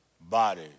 body